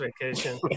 vacation